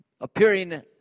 appearing